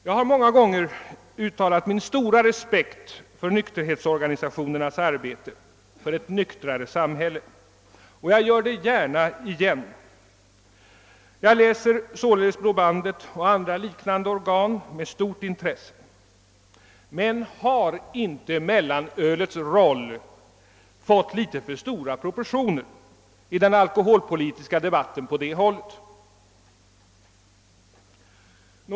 Jag har många gånger uttalat min stora respekt för nykterhetsorganisationernas arbete för ett nyktrare samhälle, och jag gör det gärna igen. Jag läser således Blå Bandet och andra liknande organ med stort intresse. Men har inte mellanölets roll fått litet för stora proportioner i den alkoholpolitiska debatten på det hållet?